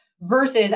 versus